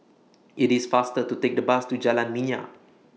IT IS faster to Take The Bus to Jalan Minyak